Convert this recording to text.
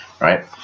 right